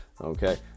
okay